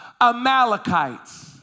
Amalekites